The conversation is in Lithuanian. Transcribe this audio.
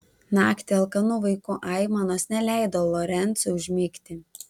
naktį alkanų vaikų aimanos neleido lorencui užmigti